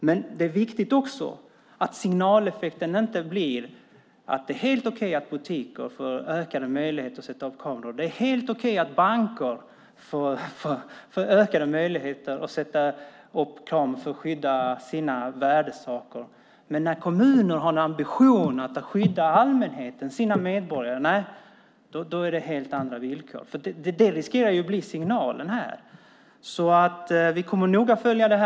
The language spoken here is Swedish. Men det är också viktigt att signaleffekten inte blir denna: Det är helt okej att butiker och banker får ökade möjligheter att sätta upp kameror för att skydda sina värdesaker, men när kommuner har en ambition att skydda allmänheten och sina medborgare är det helt andra villkor. Det riskerar att bli signalen. Vi kommer noga att följa detta.